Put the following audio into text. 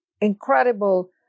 incredible